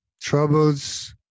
troubles